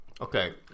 Okay